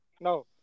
No